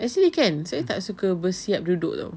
actually kan saya tak suka bersiap duduk [tau]